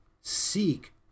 Seek